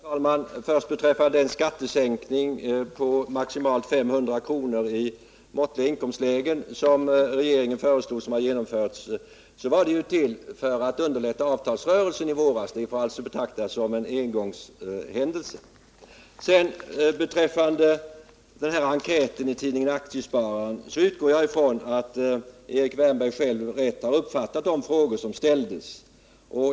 Herr talman! Vad först beträffar den skattesänkning på maximalt 500 kr. för personer i måttliga inkomstlägen som regeringen föreslog och som nu har genomförts vill jag säga att syftet med den var att underlätta avtalsrörelsen. Den får alltså betraktas som en engångshändelse. Sedan vill jag återkomma till enkäten i tidningen Aktiespararen. Naturligtvis utgår jag ifrån att Erik Wärnberg rätt har uppfattat de frågor som ställdes.